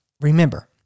Remember